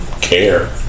care